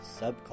subculture